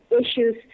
issues